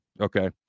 okay